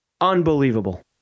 Unbelievable